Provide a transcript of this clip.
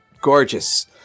gorgeous